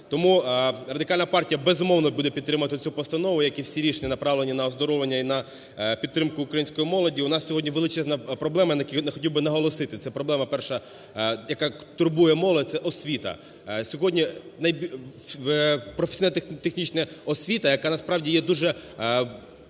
Тому Радикальна партія, безумовно, буде підтримувати цю постанову, як і всі рішення, направлені на оздоровлення і на підтримку української молоді. У нас сьогодні величезна проблема, на якій я хотів би наголосити: це проблема перша, яка турбує молодь, це освіта. Сьогодні професійно-технічна освіта, яка насправді є дуже